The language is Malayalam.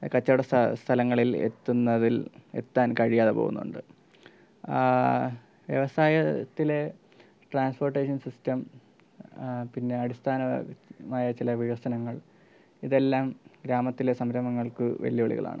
കച്ചവട സ്ഥ സ്ഥലങ്ങളിൽ എത്തുന്നതിൽ എത്താൻ കഴിയാതെ പോകുന്നുണ്ട് വ്യവസായത്തിലെ ട്രാൻസ്പ്പോട്ടേഷൻ സിസ്റ്റം പിന്നെ അടിസ്ഥാനമായ ചില വികസനങ്ങൾ ഇതെല്ലാം ഗ്രാമത്തിലെ സംരംഭങ്ങൾക്കു വെല്ലുവിളികളാണ്